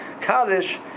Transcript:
Kaddish